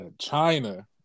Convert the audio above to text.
China